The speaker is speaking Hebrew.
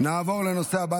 נעבור לנושא הבא,